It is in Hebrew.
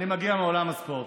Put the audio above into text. אני מגיע מעולם הספורט,